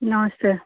नमस्ते